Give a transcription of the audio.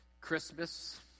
Christmas